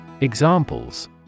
Examples